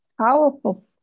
powerful